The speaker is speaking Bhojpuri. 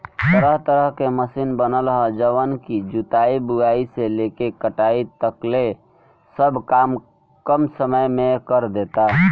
तरह तरह के मशीन बनल ह जवन की जुताई, बुआई से लेके कटाई तकले सब काम कम समय में करदेता